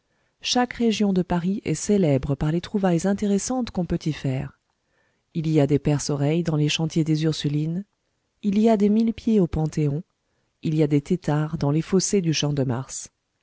chaque région de paris est célèbre par les trouvailles intéressantes qu'on peut y faire il y a des perce oreilles dans les chantiers des ursulines il y a des mille pieds au panthéon il y a des têtards dans les fossés du